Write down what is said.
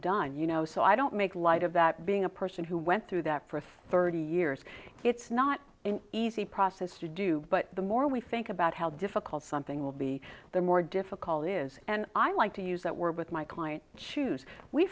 done you know so i don't make light of that being a person who went through that for thirty years it's not an easy process to do but the more we think about how difficult something will be the more difficult it is and i like to use that word with my client choose we